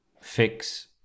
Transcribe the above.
fix